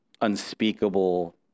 unspeakable